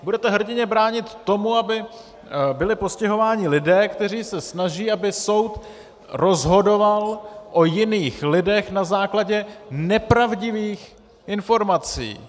Budete hrdinně bránit tomu, aby byli postihováni lidé, kteří se snaží, aby soud rozhodoval o jiných lidech na základě nepravdivých informací.